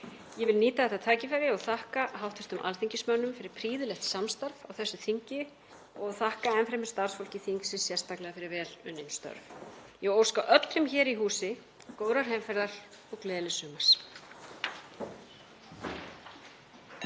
Ég vil nýta þetta tækifæri og þakka hv. alþingismönnum fyrir prýðilegt samstarf á þessu þingi og þakka enn fremur starfsfólki þingsins sérstaklega fyrir vel unnin störf. Ég óska öllum hér í húsi góðrar heimferðar og gleðilegs sumars.